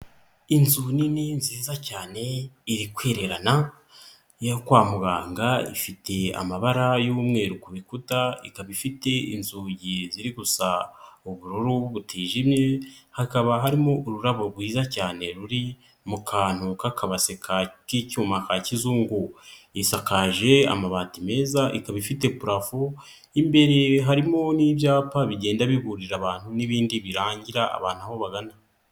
Inzu nini nziza cyane iri kwererana, ni iyo kwa muganga ifitiye amabara y'umweru ku bikuta ikaba ifite inzugi ziri gusa ubururu butijimye, hakaba harimo ururabo rwiza cyane ruri mu kantu k'akabase ka k'icyuma ka kizungu. Isakaje amabati meza ikaba ifite porafo imbere harimo n'ibyapa bigenda biburira abantu n'ibindi birangira abantu aho bagana.